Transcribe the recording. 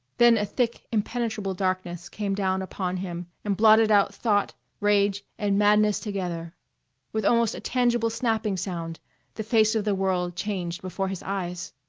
then a thick, impenetrable darkness came down upon him and blotted out thought, rage, and madness together with almost a tangible snapping sound the face of the world changed before his eyes